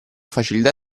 facilità